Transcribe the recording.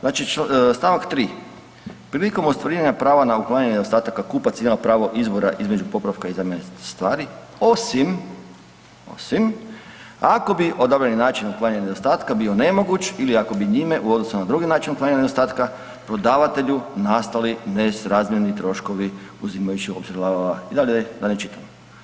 Znači, st. 3, prilikom ostvarivanja prava na uklanjanje nedostataka, kupac ima pravo izbora između popravka i zamjene stvari, osim, osim ako bi odabrani način otklanjanja nedostatka bio nemoguć ili ako bi njime, u odnosu na drugi način uklanjanja nedostatka prodavatelju nastali nesrazmjerni troškovi uzimajući u obzir, .../nerazumljivo/... dalje da ne čitam.